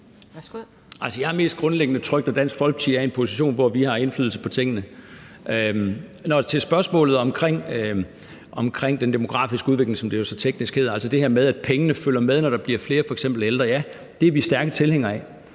jeg er grundlæggende mest tryg ved, at Dansk Folkeparti er i en position, hvor vi har indflydelse på tingene. Til spørgsmålet omkring den demografiske udvikling, som det jo så teknisk hedder, altså, det her med, at pengene følger med, når der bliver flere f.eks. af ældre: Ja, det er vi stærke tilhængere af.